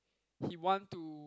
he want to